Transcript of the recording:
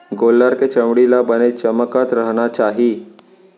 गोल्लर के चमड़ी ल बने चमकत रहना चाही